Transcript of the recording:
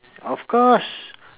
of course